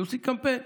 שיוציאו קמפיין.